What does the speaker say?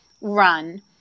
run